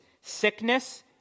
sickness